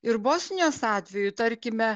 ir bosnijos atveju tarkime